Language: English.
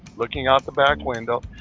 looking out the back window,